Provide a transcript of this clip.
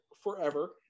forever